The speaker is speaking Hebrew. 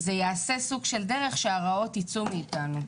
זה יעשה סוג של דרך שהרעות יצאו מאתנו.